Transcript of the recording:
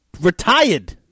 retired